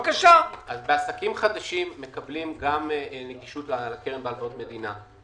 בעסקים חדשים מקבלים גם נגישות לקרן בהלוואות מדינה.